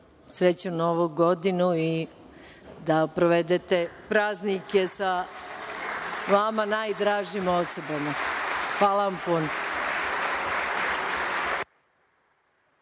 srećnu Novu godinu i da provedete praznike sa vama najdražim osobama. Hvala vam puno.